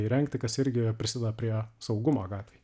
įrengti kas irgi prisideda prie saugumo gatvėj